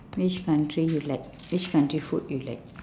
which country you like which country food you like